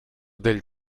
del